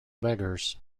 beggars